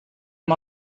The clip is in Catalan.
amb